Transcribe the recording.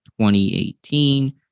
2018